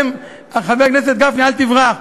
חבר הכנסת גפני, אל תברח.